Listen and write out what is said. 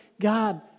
God